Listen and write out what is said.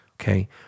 Okay